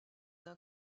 d’un